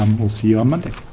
um will see you on monday.